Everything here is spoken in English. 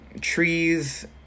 trees